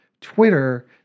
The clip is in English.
Twitter